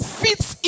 fits